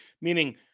meaning